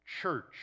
church